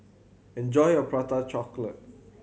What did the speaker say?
enjoy your Prata Chocolate